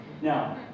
Now